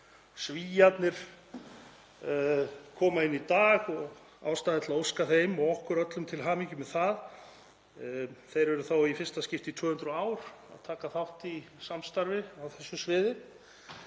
Svíarnir koma inn í dag og er ástæða til að óska þeim og okkur öllum til hamingju með það. Þeir eru þá í fyrsta skipti í 200 ár að taka þátt í samstarfi á þessu sviði.